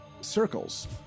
circles